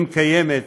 אם קיימת,